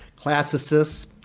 classicists,